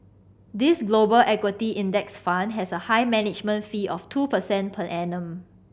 this Global Equity Index Fund has a high management fee of two percent per annum